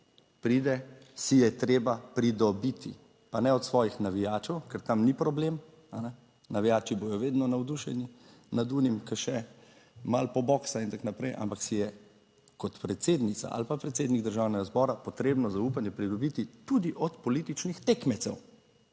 pride, si je treba pridobiti. Pa ne od svojih navijačev, ker tam ni problem, navijači bodo vedno navdušeni nad onim, ki še malo po boksa in tako naprej, ampak si je kot predsednica ali pa predsednik Državnega zbora potrebno zaupanje pridobiti tudi od političnih tekmecev.